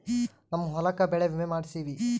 ನಮ್ ಹೊಲಕ ಬೆಳೆ ವಿಮೆ ಮಾಡ್ಸೇವಿ